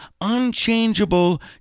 unchangeable